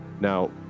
Now